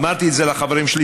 אמרתי את זה לחברים שלי,